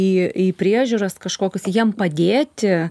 į į priežiūras kažkokius jam padėti